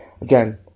Again